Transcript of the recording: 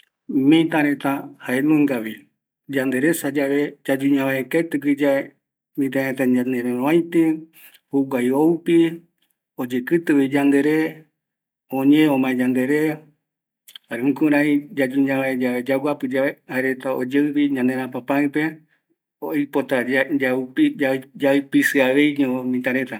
Mira reta jaenunga vi, yayu ñavae ketɨ gui, jaereta ñanerovaɨti, juguai oupi, oyekɨtɨvi yandere, oñe omae yandere, jukurai yayu ñavae, yaguapɨ yave oyeupi ñanerapäpaï pe, oipota yaipisiaveiño reta